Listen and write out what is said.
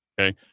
Okay